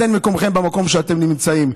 אז אין מקומכם במקום שאתם נמצאים,